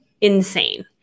insane